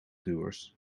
doers